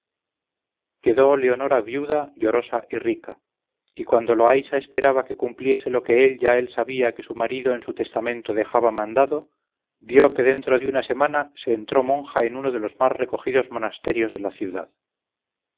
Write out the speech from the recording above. quedó leonora viuda llorosa y rica y cuando loaysa esperaba que cumpliese lo que ya él sabía que su marido en su testamento dejaba mandado vio que dentro de una semana se entró monja en uno de los más recogidos monasterios de la ciudad